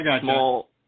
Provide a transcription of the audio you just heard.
small